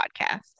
podcast